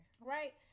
Right